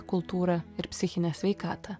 kultūrą ir psichinę sveikatą